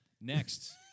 Next